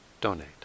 donate